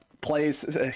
plays